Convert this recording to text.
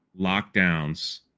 lockdowns